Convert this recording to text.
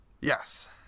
Yes